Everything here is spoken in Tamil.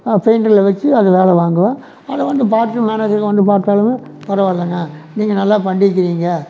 பெயிண்டில் வச்சு அது வேலை வாங்குவேன் அதை வந்து பார்த்துட்டு மேனேஜருங்க வந்து பார்த்தாலுமே பரவாயில்லங்க நீங்க நல்லா பண்ணியிருக்கிறீங்க